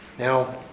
Now